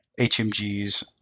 HMGs